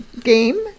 game